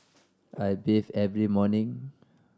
I bathe every morning